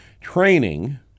Training